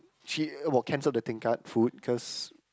she will cancel the tingkat food cause